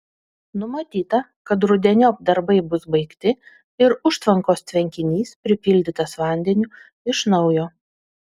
numatyta kad rudeniop darbai bus baigti ir užtvankos tvenkinys pripildytas vandeniu iš naujo